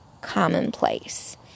commonplace